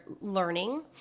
learning